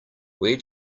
where